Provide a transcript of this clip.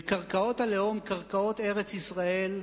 וקרקעות הלאום, קרקעות ארץ-ישראל,